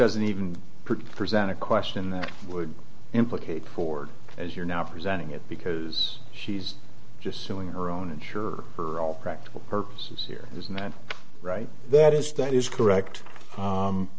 doesn't even present a question that would implicate ford as you're now presenting it because she's just suing her own ensure for all practical purposes here isn't that right that is that is correct